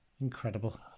Incredible